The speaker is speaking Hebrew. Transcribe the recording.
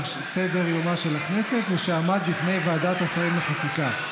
סדר-יומה של הכנסת ושעמד לפני ועדת השרים לחקיקה.